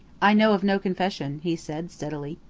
i know of no confession, he said steadily.